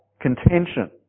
contention